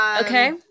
Okay